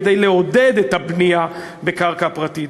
כדי לעודד את הבנייה בקרקע פרטית.